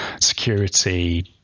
security